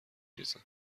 ریزم